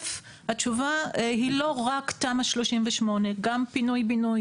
התשובה היא לא רק תמ"א 38. גם פינוי בינוי